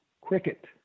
Cricket